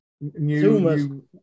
new